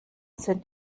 sind